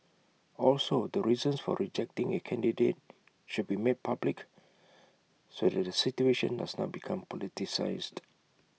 also the reasons for rejecting A candidate should be made public so that the situation does not become politicised